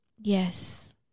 yes